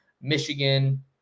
Michigan